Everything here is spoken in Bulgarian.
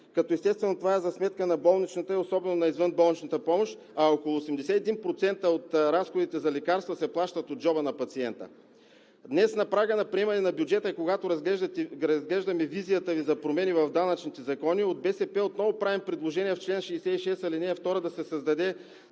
като, естествено, това е за сметка на болничната и особено на извънболничната помощ, а около 81% от разходите за лекарства се плащат от джоба на пациента. Днес на прага на приемане на бюджета, когато разглеждаме визията Ви за промени в данъчните закони, от БСП отново правим предложение в чл. 66, ал. 2 да се създаде